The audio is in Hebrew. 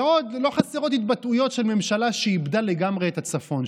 ועוד לא חסרות התבטאויות של ממשלה שאיבדה לגמרי את הצפון.